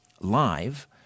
live